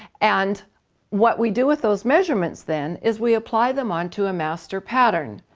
and what we do with those measurements then is we apply them onto a master pattern.